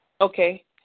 Okay